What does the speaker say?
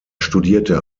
studierte